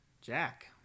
jack